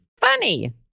Funny